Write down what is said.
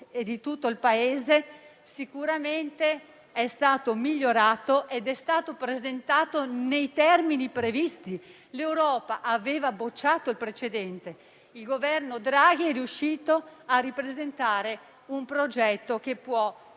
e di tutto il Paese, sicuramente è stato migliorato ed è stato presentato nei termini previsti. L'Europa aveva bocciato il precedente, ma il Governo Draghi è riuscito a presentare un progetto che può rimettere